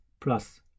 plus